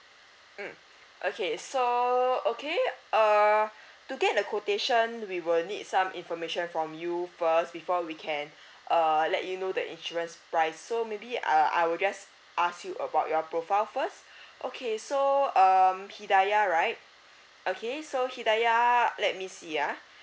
mm okay so okay err to get the quotation we will need some information from you first before we can err let you know the insurance price so maybe I'll I will just ask you about your profile first okay so um hidayah right okay so hidayah let me see ah